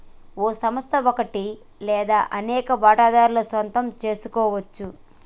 ఓ సంస్థ ఒకటి లేదా అనేక వాటాదారుల సొంతం సెసుకోవచ్చు